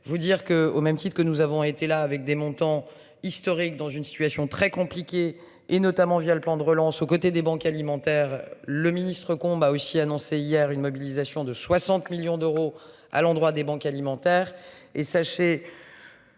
Vous dire que, au même titre que nous avons été là avec des montants historique dans une situation très compliquée et notamment via le plan de relance, aux côtés des banques alimentaires le ministre-Combe a aussi annoncé hier une mobilisation de 60 millions d'euros à l'endroit des banques alimentaires